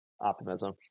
optimism